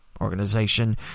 organization